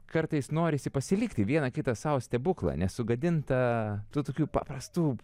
kartais norisi pasilikti vieną kitą sau stebuklą nesugadintą tų tokių paprastų